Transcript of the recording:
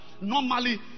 Normally